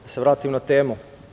Da se vratim na temu.